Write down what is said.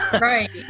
Right